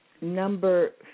number